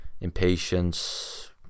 impatience